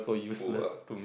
pull us